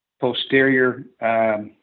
posterior